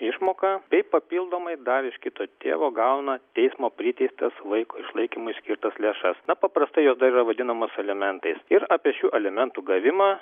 išmoką bei papildomai dar iš kito tėvo gauna teismo priteistas vaiko išlaikymui skirtas lėšas na paprastai jos dar yra vadinamos alimentais ir apie šių alimentų gavimą